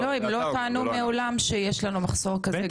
לא, הם לא טענו מעולם שיש לנו מחסור כזה.